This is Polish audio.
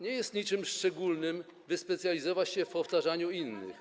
Nie jest niczym szczególnym wyspecjalizować się w powtarzaniu innych.